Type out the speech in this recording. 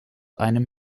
einem